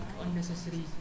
unnecessary